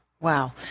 Wow